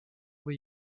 või